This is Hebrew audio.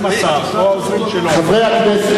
אם השר או העוזרים שלו פנו אלי, חבר הכנסת,